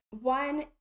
One